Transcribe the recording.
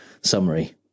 summary